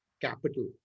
capital